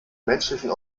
menschlichen